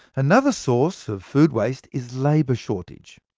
another source of food waste is labour shortage.